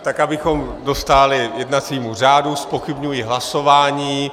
Tak abychom dostáli jednacímu řádu, zpochybňuji hlasování.